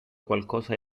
qualcosa